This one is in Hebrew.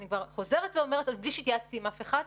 אני חוזרת ואומרת בלי שהתייעצתי עם אף אחד,